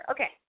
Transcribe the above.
Okay